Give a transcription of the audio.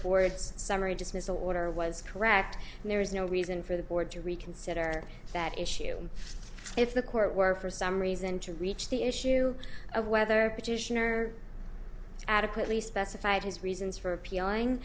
board's summary dismissal order was correct and there is no reason for the board to reconsider that issue if the court were for some reason to reach the issue of whether petitioner adequately specified his reasons for appealing